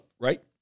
right